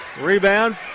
Rebound